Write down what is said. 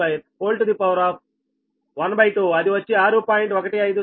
152 12 అది వచ్చి 6